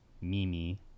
mimi